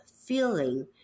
feeling